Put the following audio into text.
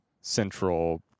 central